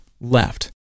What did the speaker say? left